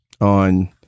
on